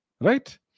right